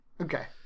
Okay